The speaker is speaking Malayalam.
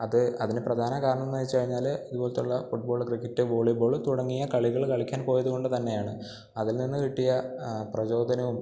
അത് അതിനു പ്രധാന കാരണമെന്നു വെച്ചു കഴിഞ്ഞാൽ ഇതു പോലത്തുള്ള football cricket volleyball തുടങ്ങിയ കളികൾ കളിക്കാൻ പോയതു കൊണ്ടു തന്നെയാണ് അതിൽ നിന്നു കിട്ടിയ പ്രചോദനവും